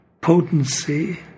potency